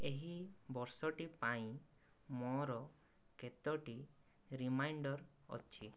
ଏହି ବର୍ଷଟି ପାଇଁ ମୋ'ର କେତୋଟି ରିମାଇଣ୍ଡର୍ ଅଛି